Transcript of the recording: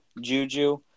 Juju